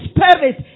Spirit